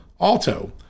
Alto